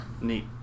Neat